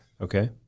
Okay